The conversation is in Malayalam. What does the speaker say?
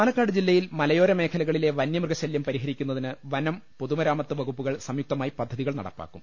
പാലക്കാട് ജില്ലയിൽ മലയോര മേഖലകളിലെ വന്യമൃഗശല്യം പരിഹരിക്കുന്നതിന് വനം പൊതുമരാമത്ത് വകുപ്പുകൾ സംയുക്തമായി പദ്ധതികൾ നടപ്പാക്കും